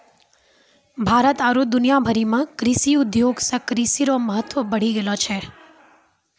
भारत आरु दुनिया भरि मे कृषि उद्योग से कृषि रो महत्व बढ़ी गेलो छै